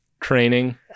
training